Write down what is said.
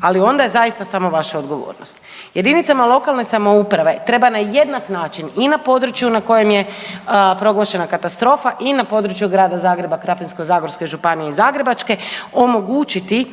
ali onda je zaista samo vaša odgovornost. Jedinicama lokalne samouprave treba na jednak način i na području na kojem je proglašena katastrofa i na području Grada Zagreb, Krapinsko-zagorske županije i Zagrebačke omogućiti